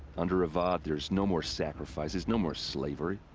under avad, there's no more sacrifices. no more slavery.